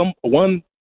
one